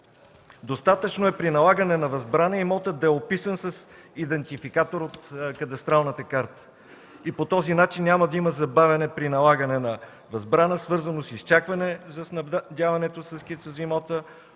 Достатъчно е при налагане на възбрани имотът да е описан с идентификатор от кадастралната карта. По този начин няма да има забавяне при налагане на възбрана, свързано с изчакване за снабдяването със скица за имота,